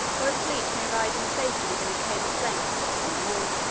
where a fleet may ride in safety within a cable's length of the town-wall.